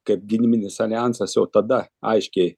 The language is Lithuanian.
kaip gynybinis alijansas jau tada aiškiai